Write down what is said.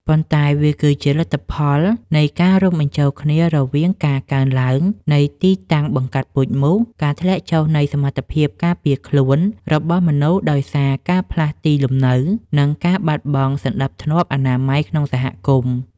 ប៉ុន្តែវាគឺជាលទ្ធផលនៃការរួមបញ្ចូលគ្នារវាងការកើនឡើងនៃទីតាំងបង្កាត់ពូជមូស ការធ្លាក់ចុះនៃសមត្ថភាពការពារខ្លួនរបស់មនុស្សដោយសារការផ្លាស់ទីលំនៅ និងការបាត់បង់សណ្តាប់ធ្នាប់អនាម័យក្នុងសហគមន៍។